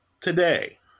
Today